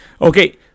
Okay